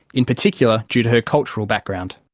in particular due to her cultural background.